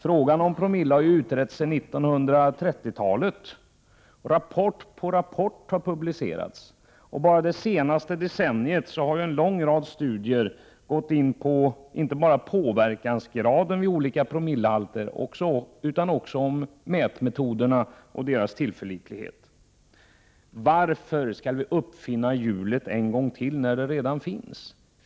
Frågan om promille har utretts sedan 1930-talet. Rapport på rapport har publicerats, och bara det senaste decenniet har en lång rad studier gått in på inte bara påverkansgraden vid olika promillehalter utan också mätmetoderna och deras tillförlitlighet. Varför skall vi uppfinna hjulet en gång till, när det redan finns?